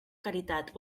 caritat